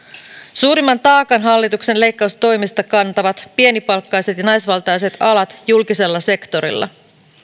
suurimman taakan hallituksen leikkaustoimista kantavat pienipalkkaiset ja naisvaltaiset alat julkisella sektorilla